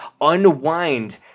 unwind